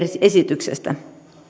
esityksestä